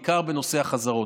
בעיקר בנושא החזרות.